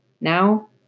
Now